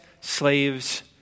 slaves